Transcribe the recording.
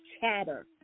chatter